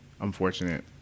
unfortunate